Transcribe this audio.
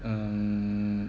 um